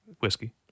Whiskey